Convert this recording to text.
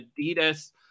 Adidas